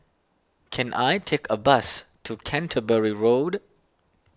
can I take a bus to Canterbury Road